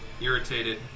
Irritated